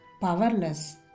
powerless